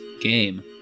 game